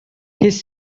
his